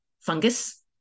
fungus